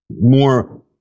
more